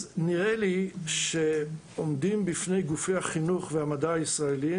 נראה לי שעומדים בפני גופי החינוך והמדע הישראלים